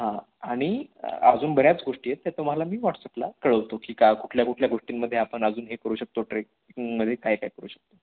हां आणि अजून बऱ्याच गोष्टी आहेत त्या तुम्हाला मी व्हॉट्सअपला कळवतो की का कुठल्या कुठल्या गोष्टींमध्ये आपण अजून हे करू शकतो ट्रेकमध्ये काय काय करू शकतो